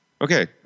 okay